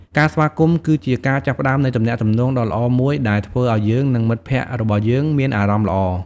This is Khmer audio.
ការស្វាគមន៍គឺជាការចាប់ផ្តើមនៃទំនាក់ទំនងដ៏ល្អមួយដែលធ្វើឲ្យយើងនិងមិត្តភក្តិរបស់យើងមានអារម្មណ៍ល្អ។